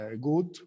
good